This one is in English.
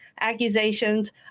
accusations